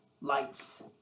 Lights